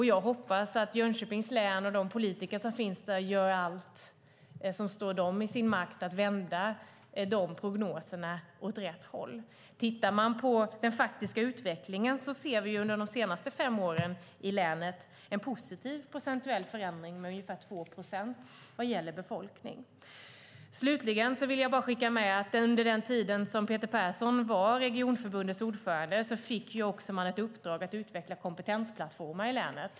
Jag hoppas att Jönköpings län och politikerna där gör allt som står i deras makt för att vända prognoserna åt rätt håll. När det gäller den faktiska utvecklingen i länet under de senaste fem åren ser vi en positiv procentuell förändring med ungefär 2 procent beträffande befolkningen. Slutligen vill jag skicka med att under den tid då Peter Persson var regionförbundets ordförande fick man i uppdrag att utveckla kompetensplattformar i länet.